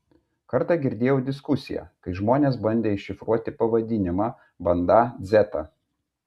kartą girdėjau diskusiją kai žmonės bandė iššifruoti pavadinimą bandą dzeta